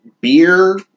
beer